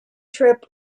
trip